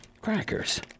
Crackers